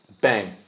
bang